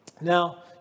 Now